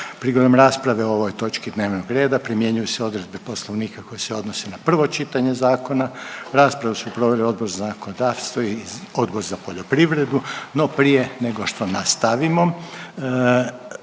Prigodom rasprave o ovom točki dnevnog reda primjenjuju se odredbe Poslovnika koje se odnose na prvo čitanje zakona. Raspravu su proveli Odbor za zakonodavstvo i Odbor za poljoprivredu. No, prije nego što nastavimo